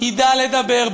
ידע לדבר,